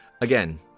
Again